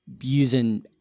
using